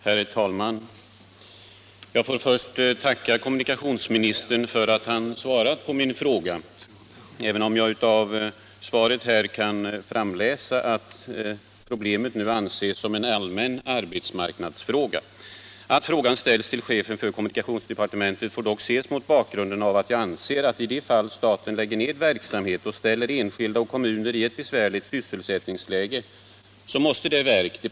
Herr talman! Jag får först tacka kommunikationsministern för att han svarat på min fråga. Av svaret kan jag utläsa att problemet nu betraktas som en allmän arbetsmarknadsfråga. Att frågan ställdes till chefen för kommunikationsdepartementet beror på att jag anser att det verk eller det departement som är berört måste ta ett speciellt ansvar då staten lägger ned verksamhet och försätter enskilda och kommunen i ett besvärligt sysselsättningsläge.